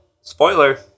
spoiler